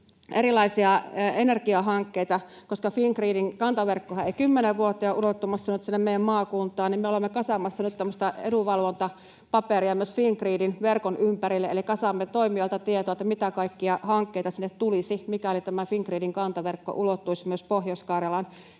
erilaisia energiahankkeita. Koska Fingridin kantaverkkohan ei kymmeneen vuoteen ole ulottumassa sinne meidän maakuntaan, me olemme kasaamassa nyt tämmöistä edunvalvontapaperia myös Fingridin verkon ympärille, eli kasaamme toimijoilta tietoa, mitä kaikkia hankkeita sinne tulisi, mikäli tämä Fingridin kantaverkko ulottuisi myös Pohjois-Karjalaan.